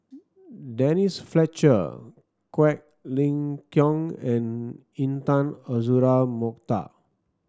Denise Fletcher Quek Ling Kiong and Intan Azura Mokhtar